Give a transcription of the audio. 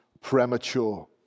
premature